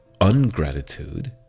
ungratitude